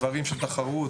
דברים של תחרות,